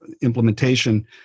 implementation